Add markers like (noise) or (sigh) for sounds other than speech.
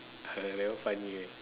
(noise) that one funny ah